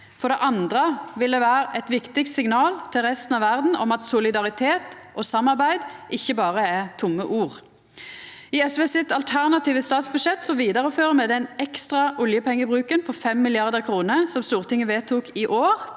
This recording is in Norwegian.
For det andre vil det vera eit viktig signal til resten av verda om at solidaritet og samarbeid ikkje berre er tomme ord. I SV sitt alternative statsbudsjett vidarefører me den ekstra oljepengebruken på 5 mrd. kr som Stortinget vedtok i år,